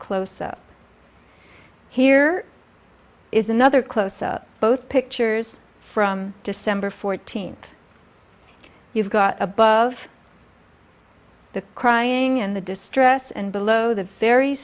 close up here is another close up both pictures from december fourteenth you've got above the crying and the distress and below the very